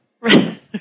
Right